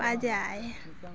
ᱯᱟᱸᱡᱟᱭ